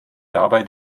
dabei